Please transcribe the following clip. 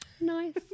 nice